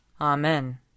Amen